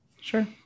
Sure